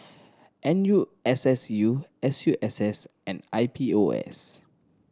N U S S U S U S S and I P O S